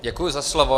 Děkuji za slovo.